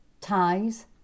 ties